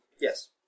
Yes